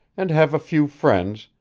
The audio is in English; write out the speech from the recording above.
and have a few friends,